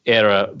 era